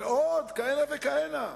ועוד כהנה וכהנה.